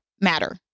matter